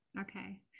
Okay